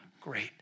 Great